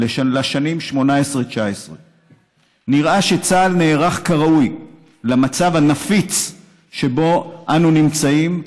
לשנים 2018 2019. נראה שצה"ל נערך כראוי למצב הנפיץ שבו אנו נמצאים,